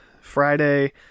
friday